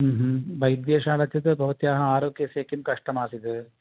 वैद्यशाला चेत् भवत्याः आरोग्यस्य किं कष्टमासीत्